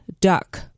Duck